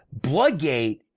Bloodgate